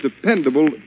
dependable